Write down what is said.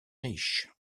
riches